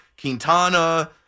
Quintana